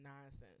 nonsense